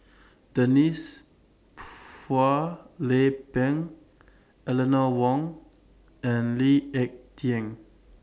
Denise Phua Lay Peng Eleanor Wong and Lee Ek Tieng